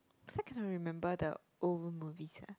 so cannot remember the old movies ah